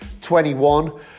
21